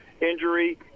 injury